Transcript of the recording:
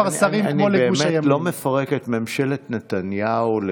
והבאנו הוכחות לזה שהם קרן מאוד מאוד